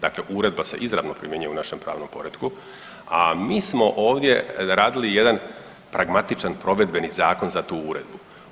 Dakle, uredba se izravno primjenjuje u našem pravnom poretku, a mi smo ovdje radili jedan pragmatičan provedbeni zakon za tu uredbu.